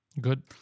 Good